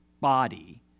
body